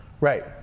Right